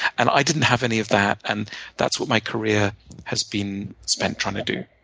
and i didn't have any of that. and that's what my career has been spent trying to do.